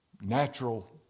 natural